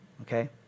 Okay